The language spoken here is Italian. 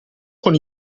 con